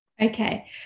Okay